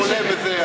חולה וזה.